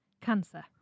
cancer